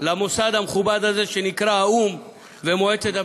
למוסד המכובד הזה, שנקרא האו"ם ומועצת הביטחון,